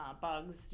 bugs